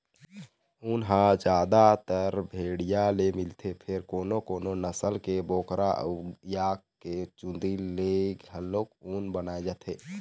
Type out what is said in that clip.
ऊन ह जादातर भेड़िया ले मिलथे फेर कोनो कोनो नसल के बोकरा अउ याक के चूंदी ले घलोक ऊन बनाए जाथे